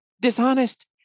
dishonest